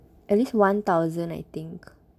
at least one thousand I think